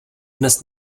dnes